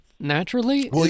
Naturally